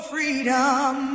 Freedom